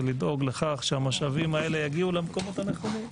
זה לדאוג לכך שהמשאבים האלה יגיעו למקומות הנכונים.